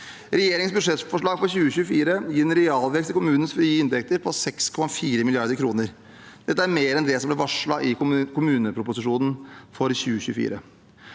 Regjeringens budsjettforslag for 2024 gir en realvekst i kommunenes frie inntekter på 6,4 mrd. kr. Dette er mer enn det som ble varslet i kommuneproposisjonen for 2024.